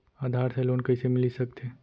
आधार से लोन कइसे मिलिस सकथे?